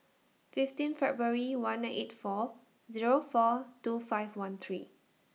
fifteen February one nine eight four Zero four two five one three